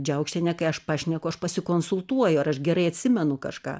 džiaukštiene kai aš pašneku aš pasikonsultuoju ar aš gerai atsimenu kažką